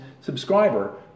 subscriber